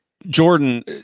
Jordan